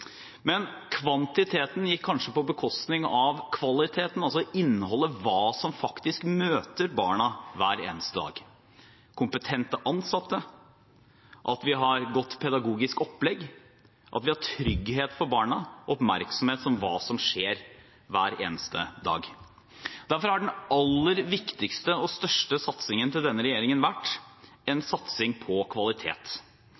Men kvantiteten gikk kanskje på bekostning av kvaliteten, altså innholdet, hva som faktisk møter barna hver eneste dag: kompetente ansatte, at vi har et godt pedagogisk opplegg, at vi har trygghet for barna, oppmerksomhet om hva som skjer, hver eneste dag. Derfor har den aller viktigste og største satsingen til denne regjeringen vært en satsing på kvalitet.